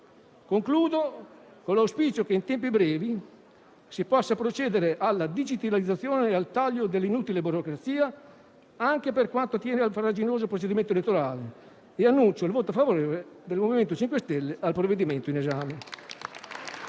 Concludo con l'auspicio che in tempi brevi si possa procedere alla digitalizzazione e al taglio dell'inutile burocrazia anche per quanto attiene al farraginoso procedimento elettorale e annuncio il voto favorevole del MoVimento 5 Stelle al provvedimento in esame.